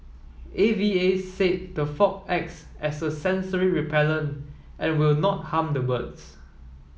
A V A said the fog acts as a sensory repellent and will not harm the birds